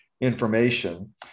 information